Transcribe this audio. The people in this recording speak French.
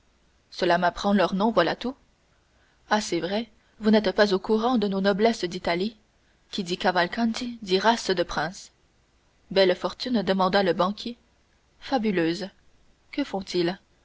cela m'apprend leur nom voilà tout ah c'est vrai vous n'êtes pas au courant de nos noblesses d'italie qui dit cavalcanti dit race de princes belle fortune demanda le banquier fabuleuse que font-ils